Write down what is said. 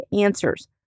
answers